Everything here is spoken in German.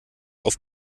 auf